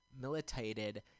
militated